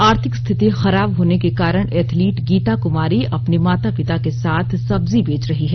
आर्थिक स्थिति खराब होने के कारण एथलीट गीता कुमारी अपने माता पिता के साथ सब्जी बेच रही है